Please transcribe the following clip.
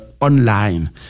online